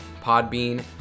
Podbean